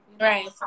Right